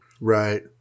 Right